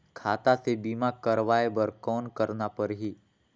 खाता से बीमा करवाय बर कौन करना परही?